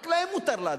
רק להם מותר להדליף.